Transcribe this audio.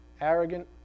arrogant